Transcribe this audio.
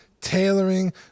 tailoring